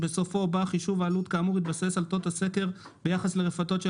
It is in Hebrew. בסופה בא "חישוב עלות כאמור יתבסס על תוצאות הסקר ביחס לרפתות של